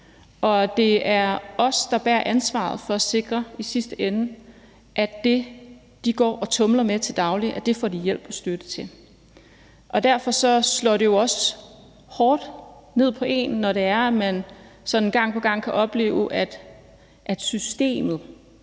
sidste ende bærer ansvaret for at sikre, at det, de går og tumler med til daglig, får de hjælp og støtte til. Derfor rammer det også en hårdt, når det er, at man sådan gang på gang kan opleve, at systemet,